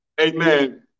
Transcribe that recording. Amen